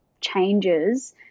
changes